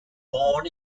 born